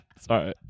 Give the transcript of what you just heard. Sorry